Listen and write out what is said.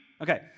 Okay